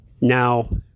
Now